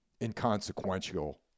inconsequential